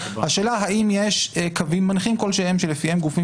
השאלה היא האם יש קווים מנחים כלשהם שלפיהם גופים